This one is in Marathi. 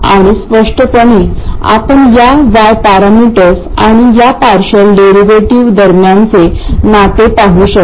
आणि स्पष्टपणे आपण या y पॅरामीटर्स आणि या पार्शियल डेरिव्हेटिव्ह दरम्यानचे नाते पाहू शकता